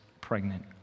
pregnant